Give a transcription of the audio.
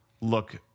look